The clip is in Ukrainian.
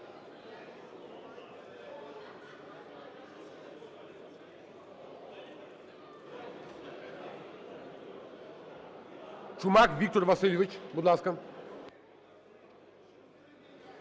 Чумак Віктор Васильович. Будь ласка.